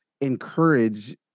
encourage